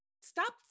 stop